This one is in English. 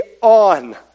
on